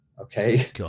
Okay